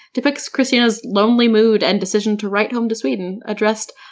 depicts kristina's lonely mood and decision to write home to sweden addressed,